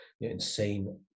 insane